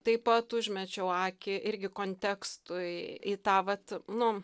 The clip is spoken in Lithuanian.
taip pat užmečiau akį irgi kontekstui į tą vat nu